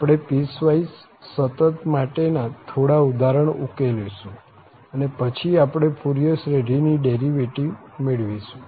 આપણે પીસવાઈસ સતત માટે ના થોડા ઉદાહરણ ઉકેલીશું અને પછી આપણે ફુરિયર શ્રેઢીની ડેરિવેટિવ મેળવીશું